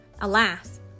Alas